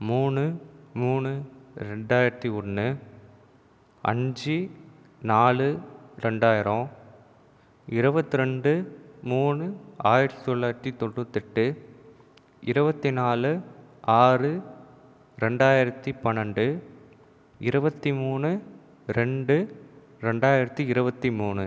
மூணு மூணு ரெண்டாயிரத்தி ஒன்று அஞ்சு நாலு ரெண்டாயிரம் இருபத்து ரெண்டு மூணு ஆயிரத்தி தொள்ளாயிரத்தி தொண்ணூத்தெட்டு இருபத்தி நாலு ஆறு ரெண்டாயிரத்தி பன்னெண்டு இருபத்தி மூணு ரெண்டு ரெண்டாயிரத்தி இருபத்தி மூணு